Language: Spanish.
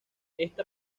esta